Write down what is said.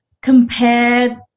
compare